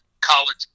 college